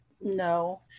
No